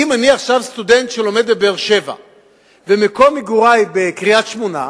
אם אני עכשיו סטודנט שלומד בבאר-שבע ומקום מגורי בקריית-שמונה,